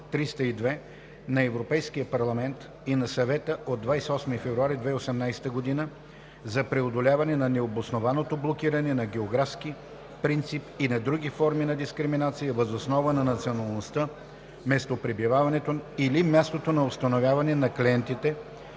на Европейския парламент и на Съвета от 28 февруари 2018 г. за преодоляване на необоснованото блокиране на географски принцип и на други форми на дискриминация въз основа на националността, местопребиваването или мястото на установяване на клиентите